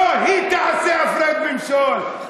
לא היא תעשה הפרד ומשול.